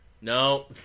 No